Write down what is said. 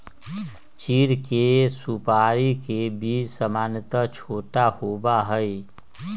चीड़ के सुपाड़ी के बीज सामन्यतः छोटा होबा हई